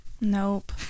nope